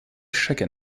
chaque